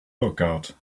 lookout